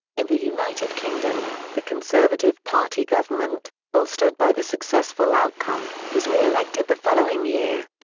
in the united kingdom, the conservative party government, bolstered by the successful outcome, was re-elected the following year.